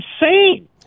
insane